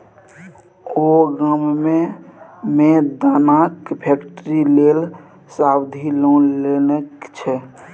ओ गाममे मे दानाक फैक्ट्री लेल सावधि लोन लेलनि